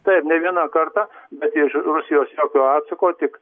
taip ne vieną kartą bet iš rusijos jokio atsako tik